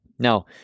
Now